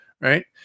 right